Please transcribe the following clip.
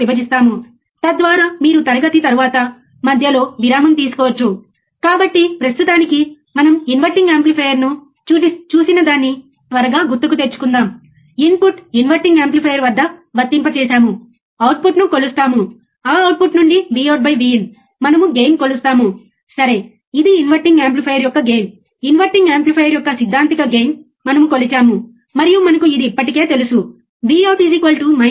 కాబట్టి వదులుకోవద్దు సిరీస్ను అర్థం చేసుకోవడానికి ప్రయత్నించండి మేము చేసిన ప్రయోగాలు ఏమిటో అర్థం చేసుకోవడానికి ప్రయత్నించండి ఆపరేషనల్ యాంప్లిఫైయర్ యొక్క లక్షణాలను అర్థం చేసుకోవడానికి ప్రయత్నించండి మరియు మీకు మీరే చేసేటప్పుడు మీరు మరింత అర్థం చేసుకుంటారని నేను ఖచ్చితంగా అనుకుంటున్నాను